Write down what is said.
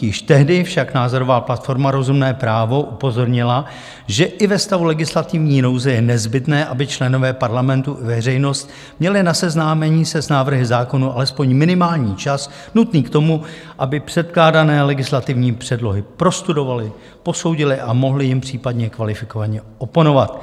Již tehdy však názorová platforma Rozumné právo upozornila, že i ve stavu legislativní nouze je nezbytné, aby členové Parlamentu i veřejnost měli na seznámení se s návrhy zákonů alespoň minimální čas nutný k tomu, aby předkládané legislativní předlohy prostudovali, posoudili a mohli jim případně kvalifikovaně oponovat.